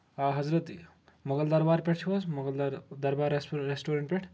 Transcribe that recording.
حضرت مغل دربار پٮ۪ٹھ چھٕو حظ مغل دربار ریسٹورنٛٹ پٮ۪ٹھ